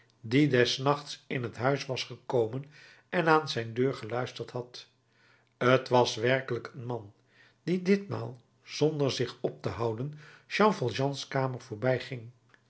die des nachts in t huis was gekomen en aan zijn deur geluisterd had t was werkelijk een man die ditmaal zonder zich op te houden jean valjeans kamer